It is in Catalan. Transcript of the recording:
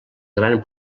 gran